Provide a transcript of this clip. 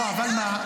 אמרתי במפורש.